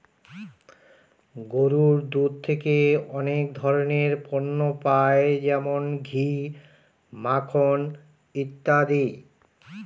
গরুর দুধ থেকে অনেক ধরনের পণ্য পাই যেমন ঘি, মাখন ইত্যাদি